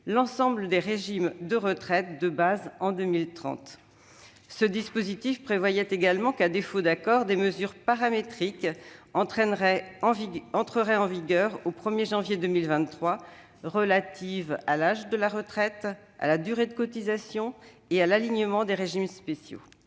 l'ensemble des régimes de retraite de base en 2030. Ce dispositif prévoyait également que, à défaut d'accord, des mesures paramétriques entreraient en vigueur au 1 janvier 2023, relatives à l'âge de départ, à la durée de cotisation et à l'alignement des régimes spéciaux.